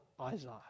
Isaiah